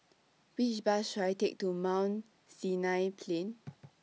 Which Bus should I Take to Mount Sinai Plain